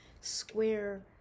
square